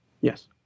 Yes